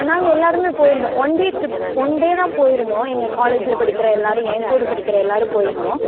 நாங்கள் எல்லோ ருமே போயிருந்தோம் ஒன்டே ட்ரிப் ஒன்டே தான் போயிருந்தோம் எங்கள் காலேஜில் படிக்கின்ற எல்லோரும் என் கூடப்படிக்கின்ற எல்லோரும் போயிருந்தோம்